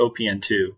OPN2